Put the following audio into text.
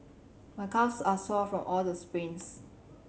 my calves are sore from all the sprints